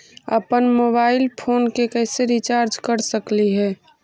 अप्पन mobile phone के कैसे रिचार्ज कर सकली हे?